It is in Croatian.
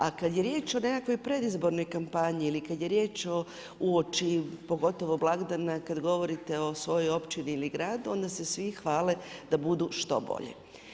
A kad je riječ o nekakvoj predizbornoj kampanji ili kad je riječ uoči pogotovo blagdana kad govorite o svojoj općini ili gradu onda se svi hvale da budu što bolje.